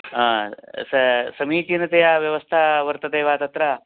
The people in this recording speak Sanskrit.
आ स समीचीनतया व्यवस्था वर्तते वा तत्र